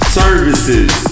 services